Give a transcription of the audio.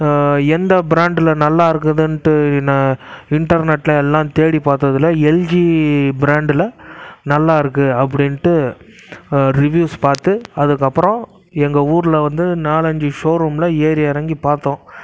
எந்த பிராண்டில் நல்லா இருக்குதுன்டு நான் இன்டர்நெட்டில் எல்லாம் தேடி பார்த்ததுல எல்ஜி பிராண்டில் நல்லா இருக்குது அப்படீன்டு ரிவியூஸ் பார்த்து அதுக்கப்பறம் எங்கள் ஊரில் வந்து நாலஞ்சு ஷோரூமில் ஏறி இறங்கி பார்த்தோம்